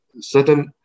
certain